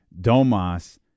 Domas